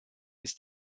ist